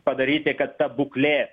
padaryti kad ta būklė